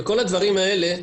וכל הדברים האלה,